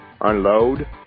unload